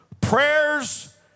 prayers